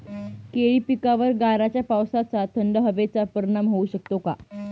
केळी पिकावर गाराच्या पावसाचा, थंड हवेचा परिणाम होऊ शकतो का?